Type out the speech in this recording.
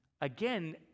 again